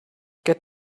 get